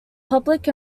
public